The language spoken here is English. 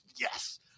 yes